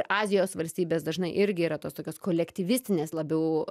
azijos valstybės dažnai irgi yra tos tokios kolektyvistinės labiau